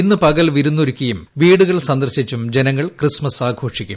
ഇന്ന് പകൽ വിരുന്നൊരുക്കിയും വീടുകൾ സന്ദർശിച്ചും ജനങ്ങൾ ക്രിസ്മസ് ആഘോഷിക്കും